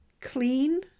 clean